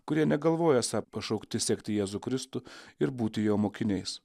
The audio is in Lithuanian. kurie negalvoja esą pašaukti sekti jėzų kristų ir būti jo mokiniais